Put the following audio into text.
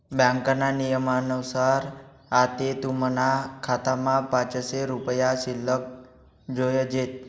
ब्यांकना नियमनुसार आते तुमना खातामा पाचशे रुपया शिल्लक जोयजेत